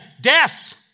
death